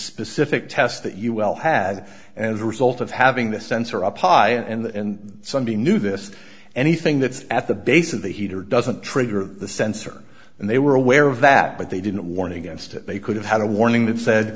specific test that you will have and as a result of having the sensor up high and somebody knew this anything that at the base of the heater doesn't trigger the sensor and they were aware of that but they didn't warn against it they could have had a warning that said